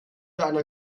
einer